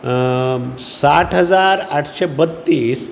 साठ हजार आठशें बत्तीस